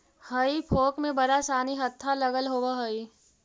हेई फोक में बड़ा सानि हत्था लगल होवऽ हई